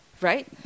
right